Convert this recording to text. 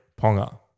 Ponga